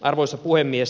arvoisa puhemies